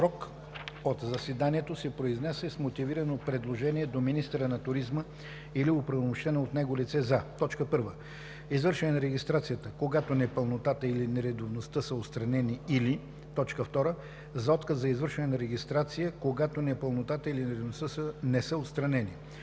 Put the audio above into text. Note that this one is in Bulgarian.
срок от заседанието си се произнася с мотивирано предложение до министъра на туризма или оправомощено от него лице за: 1. извършване на регистрацията – когато непълнотата или нередовността са отстранени, или 2. за отказ за извършване на регистрация – когато непълнотата или нередовността не са отстранени.